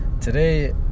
Today